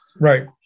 Right